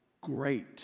great